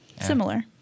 similar